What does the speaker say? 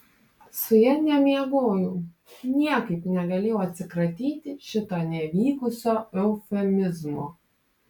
su ja nemiegojau niekaip negalėjau atsikratyti šito nevykusio eufemizmo